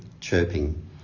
chirping